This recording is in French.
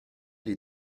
les